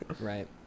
right